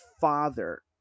father